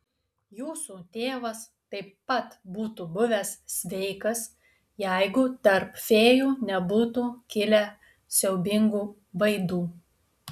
jūsų tėvas taip pat būtų buvęs sveikas jeigu tarp fėjų nebūtų kilę siaubingų vaidų